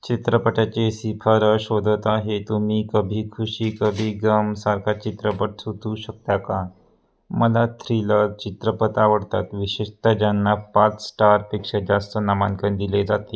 चित्रपटाची शिफरस शोधत आहे तुम्ही कभी खुशी कभी गमसारखा चित्रपट सुचवू शकता का मला थ्रिलर चित्रपट आवडतात विशेषत ज्यांना पाच स्टारपेक्षा जास्त नामांकन दिले जाते